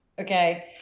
okay